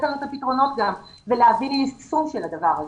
לנו את הפתרונות ולהביא ליישום הדבר הזה.